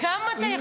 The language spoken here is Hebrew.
כמה אתה יכול?